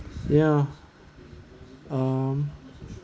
ya um